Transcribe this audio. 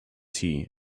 tea